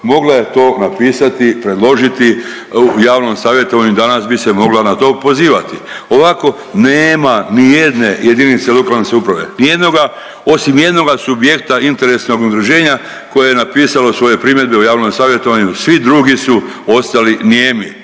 mogla je to napisati, predložiti u javnom savjetovanju danas bi se mogla na to pozivati. Ovako nema ni jedne jedinice lokalne samouprave, osim jednoga subjekta interesnog udruženja koje je napisalo svoje primjedbe u javnom savjetovanju. Svi drugi su ostali nijemi.